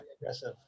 aggressive